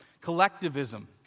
collectivism